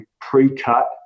pre-cut